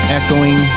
echoing